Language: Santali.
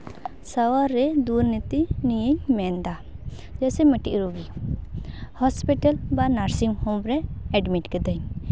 ᱥᱟᱶᱟᱨ ᱨᱮ ᱫᱩᱨᱱᱤᱛᱤ ᱱᱤᱭᱮᱧ ᱢᱮᱱᱫᱟ ᱡᱮᱭᱥᱮ ᱢᱤᱫᱴᱮᱱ ᱨᱩᱜᱤ ᱦᱚᱥᱯᱤᱴᱟᱞ ᱵᱟ ᱱᱟᱨᱥᱤᱝ ᱦᱳᱢ ᱨᱮ ᱮᱰᱢᱤᱴ ᱠᱟᱹᱫᱟᱹᱧ